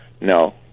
no